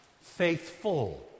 Faithful